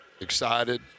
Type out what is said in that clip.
excited